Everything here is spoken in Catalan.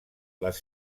les